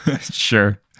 Sure